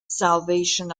salvation